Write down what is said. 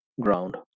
ground